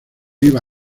iba